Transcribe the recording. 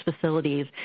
facilities